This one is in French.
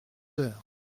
heures